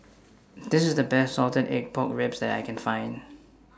This IS The Best Salted Egg Pork Ribs that I Can Find